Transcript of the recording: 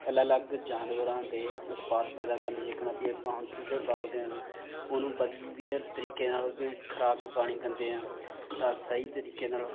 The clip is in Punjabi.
ਅਲੱਗ ਜਾਨਵਰਾਂ ਦੇ ਉਤਪਾਦ ਪੈਦਾ ਕਰਨ ਜਿੱਕਣ ਆਪਾਂ ਇਹ ਆਪਾਂ ਹੁਣ ਚੂੱਚੇ ਪਾਲਦੇ ਹਨ ਉਹਨੂੰ ਵਧੀਆ ਤਰੀਕੇ ਨਾਲ ਉਹਦੀ ਖੁਰਾਕ ਪਾਣੀ ਦਿੰਦੇ ਹਾਂ ਤਾਂ ਸਹੀ ਤਰੀਕੇ ਨਾਲ